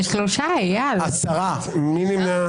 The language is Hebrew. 20,901 עד 20,920. מי בעד?